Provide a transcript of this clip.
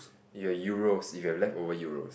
your have Euros if you have leftover Euros